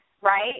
right